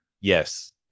Yes